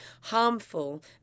harmful